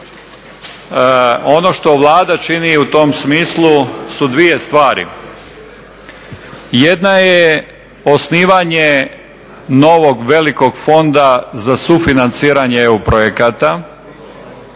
Ono što Vlada čini u tom smislu su dvije stvari, jedna je osnivanje novog velikog fonda za sufinanciranje EU projekata